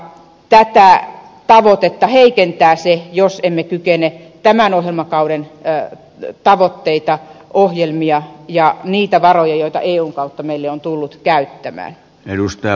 tätä tavoitetta heikentää se jos emme kykene tämän ohjelmakauden tavoitteita ohjelmia ja niitä varoja joita eun kautta meille on tullut käyttämään